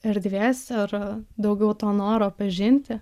erdvės ar daugiau to noro pažinti